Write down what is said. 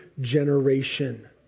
generation